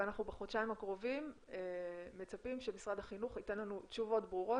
ובחודשיים הקרובים אנחנו מצפים שמשרד החינוך ייתן לנו תשובות ברורות.